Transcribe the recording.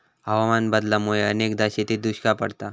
हवामान बदलामुळा अनेकदा शेतीत दुष्काळ पडता